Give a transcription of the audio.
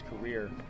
career